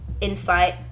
insight